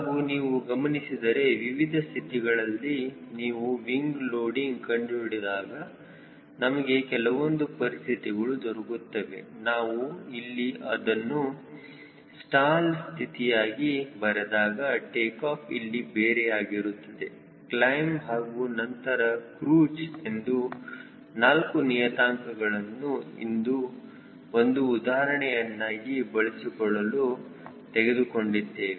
ಹಾಗೂ ನೀವು ಗಮನಿಸಿದರೆ ವಿವಿಧ ಸ್ಥಿತಿಗಳಲ್ಲಿ ನೀವು ವಿಂಗ್ ಲೋಡಿಂಗ್ ಕಂಡುಹಿಡಿದಾಗ ನಮಗೆ ಕೆಲವೊಂದು ಪರಿಸ್ಥಿತಿಗಳು ದೊರಕುತ್ತವೆ ನಾವು ಇಲ್ಲಿ ಇದನ್ನು ಸ್ಟಾಲ್ ಸ್ಥಿತಿಯಾಗಿ ಬರೆದಾಗ ಟೇಕಾಫ್ ಇಲ್ಲಿ ಬೇರೆ ಆಗಿರುತ್ತದೆ ಕ್ಲೈಮ್ ಹಾಗೂ ನಂತರ ಕ್ರೂಜ್ ಎಂದು 4 ನಿಯತಾಂಕಗಳನ್ನು ಒಂದು ಉದಾಹರಣೆಯನ್ನಾಗಿ ಬಳಸಿಕೊಳ್ಳಲು ತೆಗೆದುಕೊಂಡಿದ್ದೇವೆ